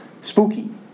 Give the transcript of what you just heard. spooky